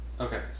Okay